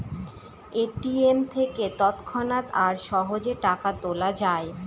ATM থেকে তৎক্ষণাৎ আর সহজে টাকা তোলা যায়